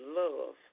love